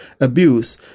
abuse